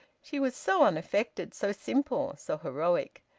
she was so unaffected, so simple, so heroic.